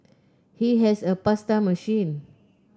he has a pasta machine